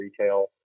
retail